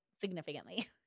significantly